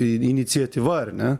iniciatyva ar ne